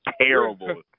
terrible